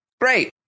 great